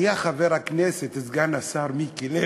היה חבר הכנסת, סגן השר מיקי לוי,